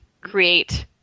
create